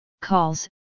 calls